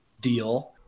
deal